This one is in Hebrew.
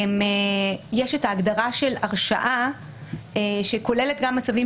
יש את ההגדרה של הרשעה שכוללת גם מצבים